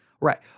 right